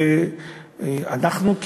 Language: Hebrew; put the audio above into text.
אנחנו,